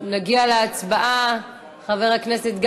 גברתי היושבת-ראש, אדוני השר, חברי חברי הכנסת,